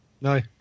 No